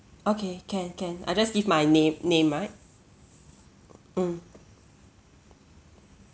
okay can can I just give my name name right mm